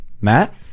Matt